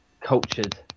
cultured